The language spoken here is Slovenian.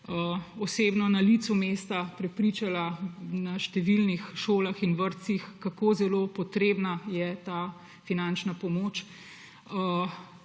osebno na licu mesta prepričala na številnih šolah in vrtcih, kako zelo potrebna je ta finančna pomoč,